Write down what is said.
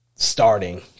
starting